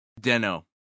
Deno